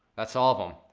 that's all of them,